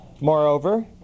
moreover